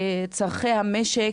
צרכי המשק,